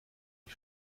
ich